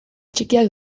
txikiak